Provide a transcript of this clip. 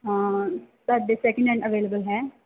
ਹਾਂ ਤੁਹਾਡੇ second hand available ਹੈ